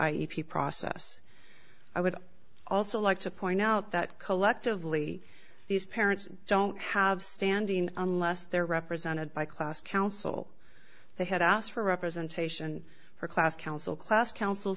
p process i would also like to point out that collectively these parents don't have standing unless they're represented by class council they had asked for representation her class council class council